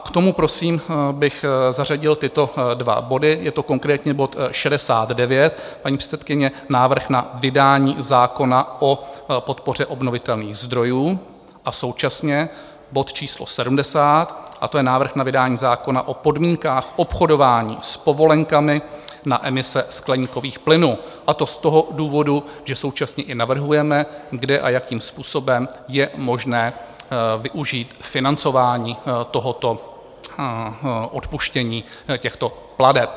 K tomu prosím bych zařadil tyto dva body je to konkrétně bod 69, paní předsedkyně, návrh na vydání zákona o podpoře obnovitelných zdrojů, a současně bod číslo 70, a to je návrh na vydání zákona o podmínkách obchodování s povolenkami na emise skleníkových plynů, a to z důvodu, že současně i navrhujeme, kde a jakým způsobem je možné využít financování odpuštění těchto plateb.